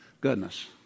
Goodness